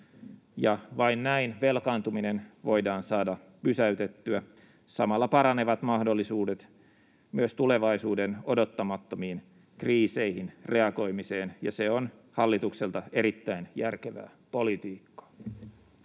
Vain näin velkaantuminen voidaan saada pysäytettyä. Samalla paranevat mahdollisuudet myös tulevaisuuden odottamattomiin kriiseihin reagoimiseen, ja se on hallitukselta erittäin järkevää politiikkaa.